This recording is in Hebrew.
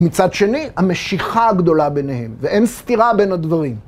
מצד שני, המשיכה הגדולה ביניהם, ואין סתירה בין הדברים.